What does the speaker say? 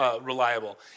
reliable